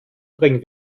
bring